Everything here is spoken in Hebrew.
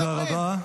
תודה רבה.